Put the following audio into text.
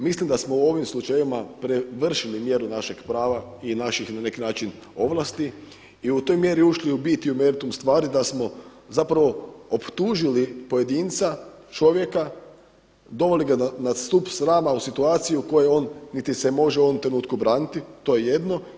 Mislim da smo u ovim slučajevima prevršili mjeru našeg prava i naših na neki način ovlasti i u toj mjeri ušli u bit i u meritum stvari da smo zapravo optužili pojedinca, čovjeka, doveli ga na stup srama, u situaciju u kojoj se niti može u ovom trenutku braniti to je jedno.